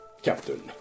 Captain